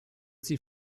sie